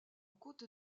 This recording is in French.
côte